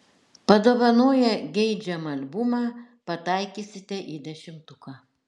padovanoję geidžiamą albumą pataikysite į dešimtuką